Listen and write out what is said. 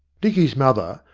dicky's mother,